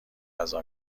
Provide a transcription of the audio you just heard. غذا